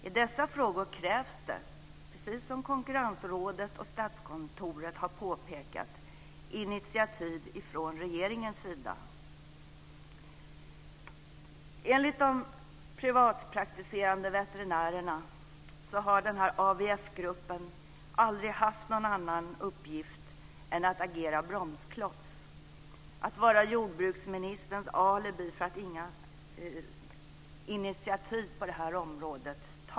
I dessa frågor krävs det, precis som Konkurrensrådet och Statskontoret har påpekat, initiativ från regeringens sida. AVF-gruppen aldrig haft någon annan uppgift än att agera bromsklots, att vara jordbruksministerns alibi för att inga initiativ på det här området tas.